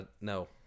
No